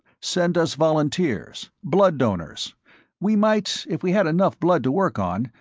send us volunteers blood donors we might, if we had enough blood to work on,